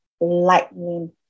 lightning